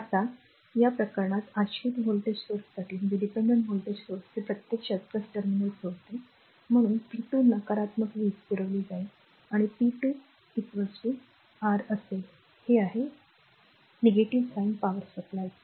आता आणि या प्रकरणात आश्रित व्होल्टेज स्त्रोतासाठी हे प्रत्यक्षात टर्मिनल सोडते म्हणून p2 नकारात्मक वीज पुरवली जाईल आणि p2 r असेल हे आहे साइन पॉवर सप्लाय